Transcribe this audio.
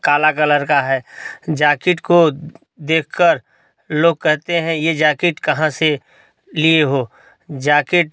काला कलर का है जाकिट को देख कर लोग कहते हैं ये जाकिट कहाँ से लिए हो जाकिट